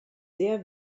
sehr